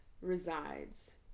resides